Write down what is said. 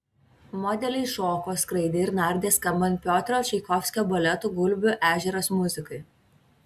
modeliai šoko skraidė ir nardė skambant piotro čaikovskio baleto gulbių ežeras muzikai